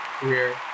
career